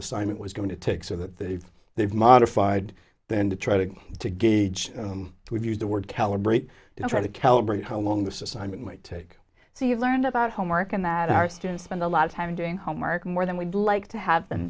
assignment was going to take so that they've they've modified then to try to to gauge to have used the word calibrate and try to calibrate how long this assignment might take so you learned about homework and that are still spend a lot of time doing homework more than we'd like to have been